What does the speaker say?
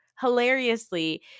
Hilariously